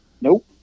nope